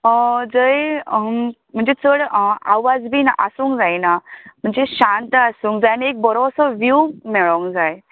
जंय म्हणजे चड आवाज बीन आसूंक जायना म्हणजे शांत आसूंक जाय आनी बरोसो व्हीव मेळोंक जाय